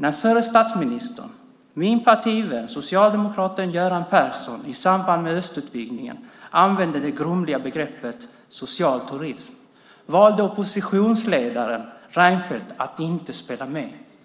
När förre statsministern, min partivän och socialdemokraten Göran Persson i samband med östutvidgningen använde det grumliga begreppet "social turism" valde oppositionsledaren Reinfeldt att inte spela med. För